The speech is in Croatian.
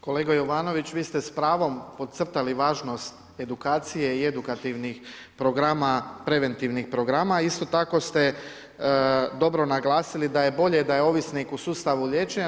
Kolega Jovanović, vi ste s pravom podcrtali važnost edukacije i edukativnih programa, preventivnih programa, a isto tako ste dobro naglasili da je bolje da je ovisnik u sustavu liječenja.